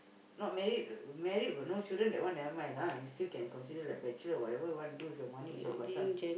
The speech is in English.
not married married but no children that one that will might lah still can be considered bachelor what whatever you want to do with your money is your personal